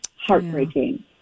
heartbreaking